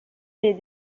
des